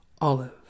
Olive